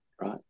right